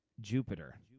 Jupiter